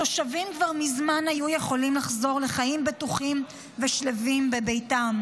התושבים כבר מזמן היו יכולים לחזור לחיים בטוחים ושלווים בביתם.